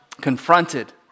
confronted